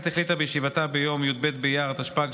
בישיבתה ביום י"ב באייר התשפ"ג,